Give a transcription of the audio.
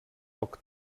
poc